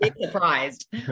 surprised